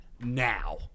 now